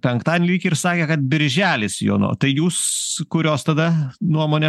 penktadienį lyg ir sakė kad birželis jo no tai jūs kurios tada nuomonė